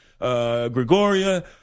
Gregoria